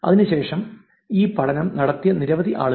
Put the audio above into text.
അതിനുശേഷം ഈ പഠനം നടത്തിയ നിരവധി ആളുകൾ